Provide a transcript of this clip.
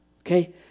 Okay